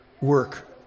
work